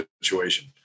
situation